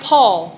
Paul